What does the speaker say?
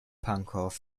pankow